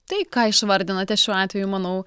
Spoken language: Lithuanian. tai ką išvardinote šiuo atveju manau